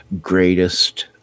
greatest